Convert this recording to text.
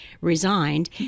resigned